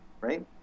right